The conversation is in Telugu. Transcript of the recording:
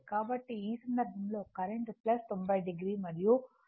కాబట్టి ఈ సందర్భంలో కరెంట్ 90 o మరియు ఇది 0 o